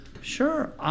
Sure